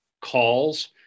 calls